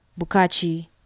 Bukachi